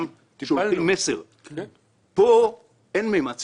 פה אין ממד ציבורי,